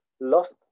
lost